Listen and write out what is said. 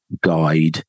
guide